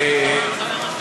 זו סיבה לתמוך.